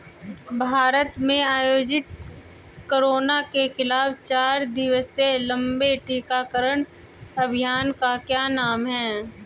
भारत में आयोजित कोरोना के खिलाफ चार दिवसीय लंबे टीकाकरण अभियान का क्या नाम है?